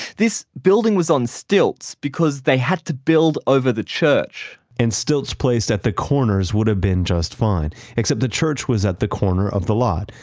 this building was on stilts because they had to build over the church and stilts placed at the corners would have been just fine except the church was at the corner of the lot,